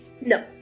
No